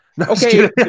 Okay